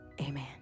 Amen